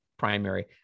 primary